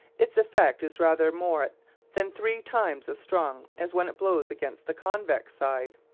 its effect is rather more than three times as strong as when it blows against the convex side.